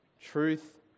truth